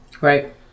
Right